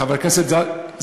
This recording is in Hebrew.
חברת הכנסת זנדברג,